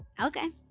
Okay